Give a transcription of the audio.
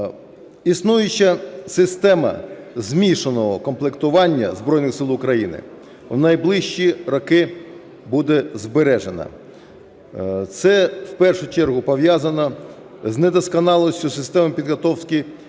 Існуюча система змішаного укомплектування Збройних Сил України в найближчі роки буде збережена. Це в перчу чергу пов'язано з недосконалістю системи підготовки